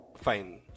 fine